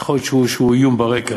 יכול להיות שהוא איום ברקע.